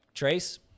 Trace